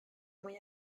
mwy